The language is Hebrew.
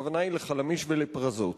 הכוונה היא ל"חלמיש" ול"פרזות".